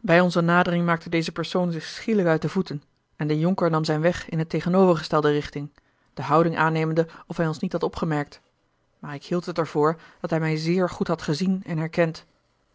bij onze nadering maakte deze persoon zich schielijk uit de voeten en de jonker nam zijn weg in een tegenovergestelde richting de houding aannemende of hij ons niet had opgemerkt maar ik hield het er voor dat hij mij zeer goed had gezien en herkend